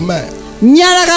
Man